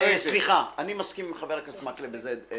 סליחה, אני מסכים עם חבר הכנסת מקלב בזה.